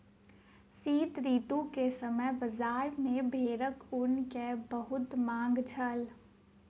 शीत ऋतू के समय बजार में भेड़क ऊन के बहुत मांग छल